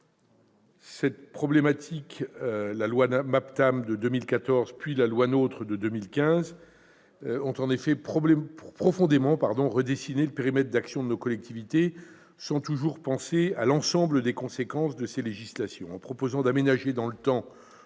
territoires. La loi MAPTAM de 2014, puis la loi NOTRe de 2015 ont en effet profondément redessiné le périmètre d'action de nos collectivités, sans toujours penser à l'ensemble de leurs conséquences. En proposant d'aménager dans le temps